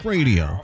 Radio